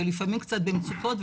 ולפעמים קצת במצוקות,